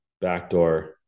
backdoor